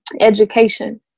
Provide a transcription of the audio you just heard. education